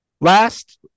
last